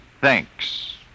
Thanks